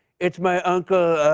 it's my uncle, um.